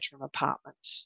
apartment